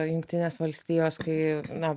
jungtinės valstijos kai na